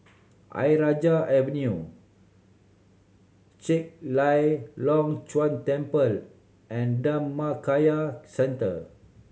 Ayer Rajah Avenue Chek Lai Long Chuen Temple and Dhammakaya Centre